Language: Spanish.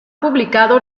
publicado